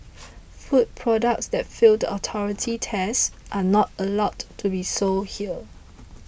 food products that fail the authority tests are not allowed to be sold here